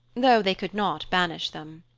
though they could not banish them.